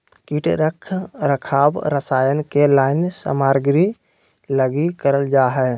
कीट रख रखाव रसायन के लाइन सामग्री लगी करल जा हइ